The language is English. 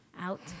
out